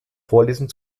vorlesen